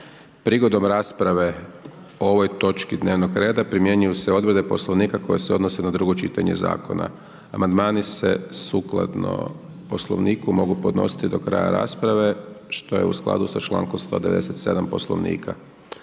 Prigodom rasprave o ovoj točki dnevnog reda, primjenjuju se odredbe poslovnika koji se odnose na drugo čitanje ovog zakona. Amandman se sukladno poslovniku mogu podnositi do kraja rasprave, što je u skladu sa čl. 197. Poslovnika.